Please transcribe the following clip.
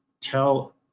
tell